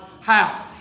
house